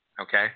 okay